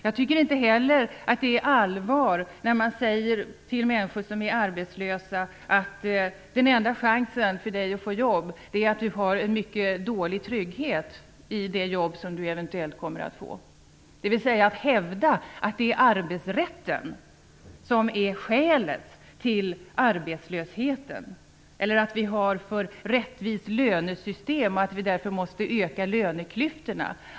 Jag tycker inte heller att det att ta folk på allvar att säga till människor som är arbetslösa: Den enda chansen för dig att få jobb är att du har en mycket dålig trygghet i det jobb du eventuellt kommer att få. Det är att hävda att det är arbetsrätten som är skälet till arbetslösheten eller att vi har ett för rättvist lönesystem och att vi därför måste öka löneklyftorna.